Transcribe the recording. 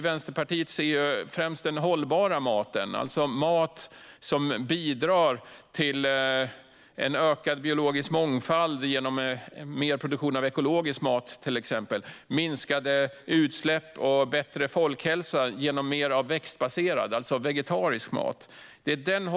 Vänsterpartiet ser främst och hoppas på att den hållbara maten ska kunna få ett ökat stöd i och med livsmedelsstrategin. Det handlar om mat som bidrar till en ökad biologisk mångfald till exempel genom mer produktion av ekologisk mat, minskade utsläpp och bättre folkhälsa genom mer växtbaserad, vegetarisk, mat.